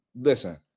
listen